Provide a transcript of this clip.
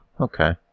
Okay